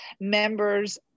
members